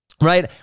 Right